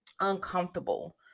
uncomfortable